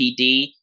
PD